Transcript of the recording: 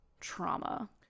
trauma